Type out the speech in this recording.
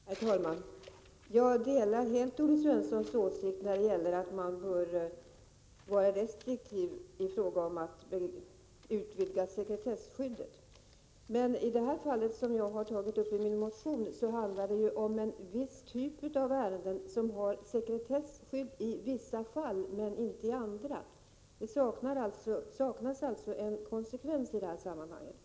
Herr talman! Jag delar helt Olle Svenssons åsikt att man bör vara restriktiv i fråga om att utvidga sekretesskyddet. Men min motion handlar om en typ av ärenden som har sekretesskydd i vissa fall men inte i andra. Det saknas alltså en konsekvens i sammanhanget.